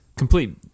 Complete